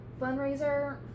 fundraiser